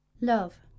Love